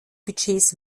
budgets